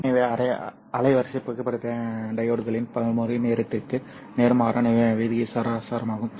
எனவே அலைவரிசை புகைப்பட டையோட்களின் மறுமொழி நேரத்திற்கு நேர்மாறான விகிதாசாரமாகும்